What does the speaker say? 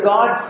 God